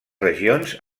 regions